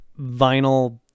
Vinyl